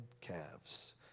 calves